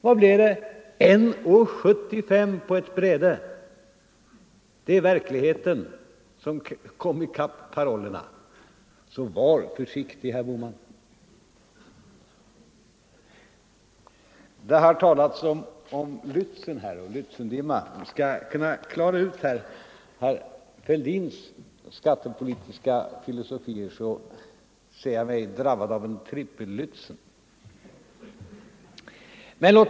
Vad blev det? 1:75 på ett bräde! Det är verkligheten som kom i kapp parollerna, så var försiktig, herr Bohman! Det har talats om Lätzen och Lätzendimma. Ja, skall jag kunna klara ut herr Fälldins skattepolitiska filosofi ser jag mig drabbad av ett Trippellätzen.